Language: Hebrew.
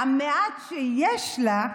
מהמעט שיש לה,